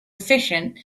efficient